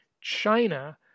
China